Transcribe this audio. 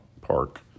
Park